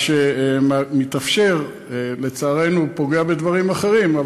מה שמתאפשר, אבל לצערנו פוגע בדברים אחרים.